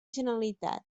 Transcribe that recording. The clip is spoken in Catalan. generalitat